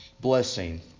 blessing